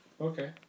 Okay